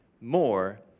more